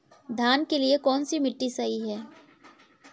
धान के लिए कौन सी मिट्टी सही है?